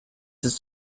ist